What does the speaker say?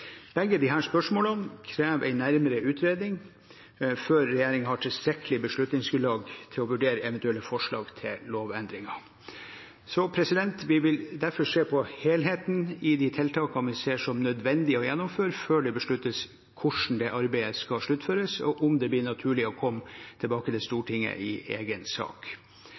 Begge disse spørsmålene krever en nærmere utredning før regjeringen har tilstrekkelig beslutningsgrunnlag til å vurdere eventuelle forslag til lovendringer. Vi vil derfor se på helheten i de tiltakene vi ser som nødvendige å gjennomføre, før det besluttes hvordan dette arbeidet skal sluttføres, og om det blir naturlig å komme tilbake til Stortinget i en egen sak.